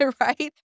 right